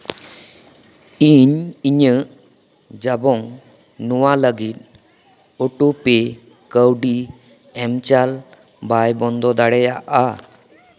ᱤᱧ ᱤᱧᱟᱹᱜ ᱡᱟᱵᱚᱝ ᱱᱚᱣᱟ ᱞᱟᱹᱜᱤᱫ ᱚᱴᱳ ᱯᱮ ᱠᱟᱹᱣᱰᱤ ᱮᱢ ᱪᱟᱞ ᱵᱟᱭ ᱵᱚᱱᱫᱚ ᱫᱟᱲᱮᱭᱟᱜᱼᱟ